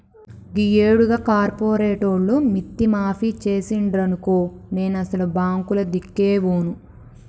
గీయేడు గా కార్పోరేటోళ్లు మిత్తి మాఫి జేసిండ్రనుకో నేనసలు బాంకులదిక్కే బోను